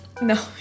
No